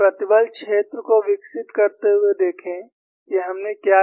प्रतिबल क्षेत्र को विकसित करते हुए देखें कि हमने क्या किया